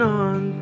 on